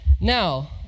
Now